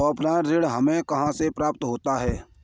Offline ऋण हमें कहां से प्राप्त होता है?